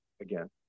Again